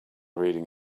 reading